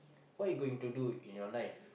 what you going to do in your life